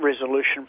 Resolution